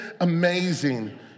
amazing